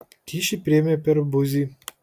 kyšį priėmė per buzį